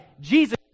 Jesus